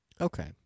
okay